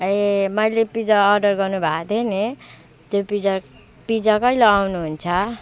ए मैले pizza order गर्नु भए थियो नि त्यो पिज्जा पिज्जा कहिले आउनुहुन्छ